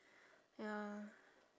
ya